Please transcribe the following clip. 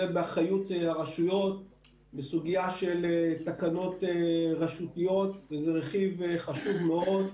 זה באחריות הרשויות בסוגיה של תקנות רשותיות וזה רכיב חשוב מאוד.